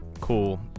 Cool